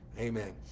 Amen